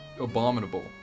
abominable